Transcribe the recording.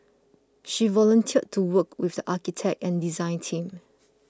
she volunteered to work with the architect and design team